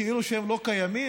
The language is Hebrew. כאילו שהם לא קיימים?